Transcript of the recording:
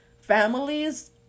families